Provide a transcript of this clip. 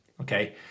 okay